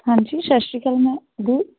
ਹਾਂਜੀ ਸਤਿ ਸ਼੍ਰੀ ਅਕਾਲ ਮੈਮ ਦੀ